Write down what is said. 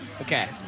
Okay